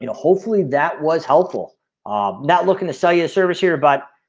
you know hopefully that was helpful um not looking to sell you a service here but